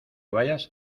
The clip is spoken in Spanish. vayas